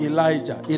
Elijah